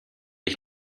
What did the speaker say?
ich